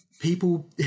people